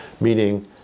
meaning